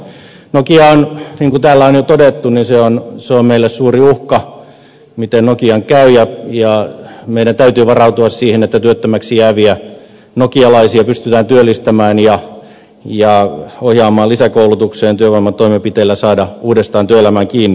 niin kuin täällä on jo todettu se on meille suuri uhka miten nokialle käy ja meidän täytyy varautua siihen että työttömäksi jääviä nokialaisia pystytään työllistämään ja ohjaamaan lisäkoulutukseen työvoimatoimenpiteillä saamaan uudestaan työelämään kiinni